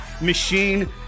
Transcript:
machine